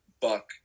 buck